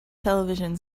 television